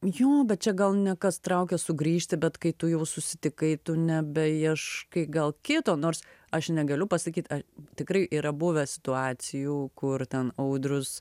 jo bet čia gal ne kas traukia sugrįžti bet kai tu jau susitikai tu nebeieškai gal kito nors aš negaliu pasakyt ar tikrai yra buvę situacijų kur ten audrius